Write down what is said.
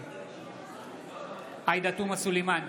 נגד עאידה תומא סלימאן,